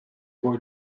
poi